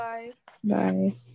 Bye-bye